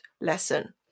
lesson